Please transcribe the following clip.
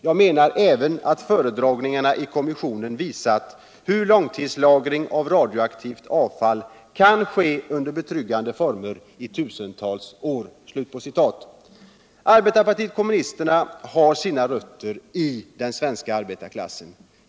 ——-- Jag menar även att föredragningar i kommissionen visat hur långtidslagring av radioaktivt avfall kan ske under betryggande former i tusentalet år.” Arbetarpartiet kommunisterna har sina rötter i den svenska arbetarklassen.